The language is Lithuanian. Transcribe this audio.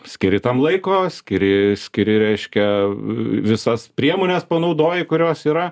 skiri tam laiko skiri reiškia visas priemones panaudoji kurios yra